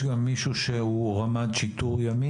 אם הבנתי נכון יש פה גם מישהו שהוא רמ"ד שיטור ימי.